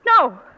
No